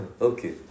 Okay